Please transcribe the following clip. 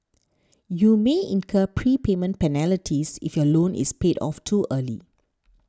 you may incur prepayment penalties if your loan is paid off too early